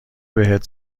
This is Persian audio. بهت